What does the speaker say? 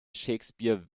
shakespeare